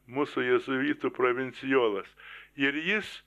mūsų jėzuitų provincijolas ir jis